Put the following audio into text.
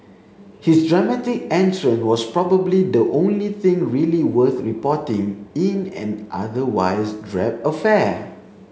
his dramatic entrance was probably the only thing really worth reporting in an otherwise drab affair